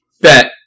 bet